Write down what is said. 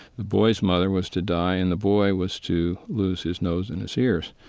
the boy's mother was to die, and the boy was to lose his nose and his ears.